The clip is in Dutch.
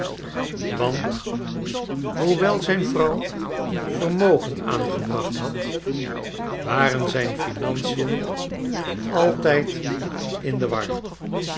want hoewel zijn vrouw vermogen aangebracht had waren zijn financiën altijd in de war